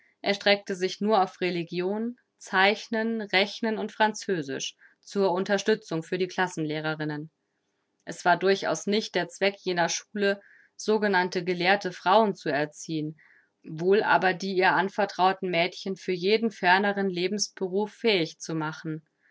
erstreckte sich nur auf religion zeichnen rechnen und französisch zur unterstützung für die klassenlehrerinnen es war durchaus nicht der zweck jener schule sogenannte gelehrte frauen zu erziehen wohl aber die ihr anvertrauten mädchen für jeden ferneren lebensberuf fähig zu machen